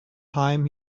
time